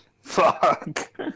Fuck